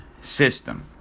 system